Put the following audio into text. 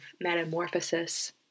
metamorphosis